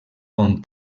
bon